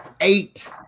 Eight